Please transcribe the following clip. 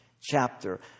chapter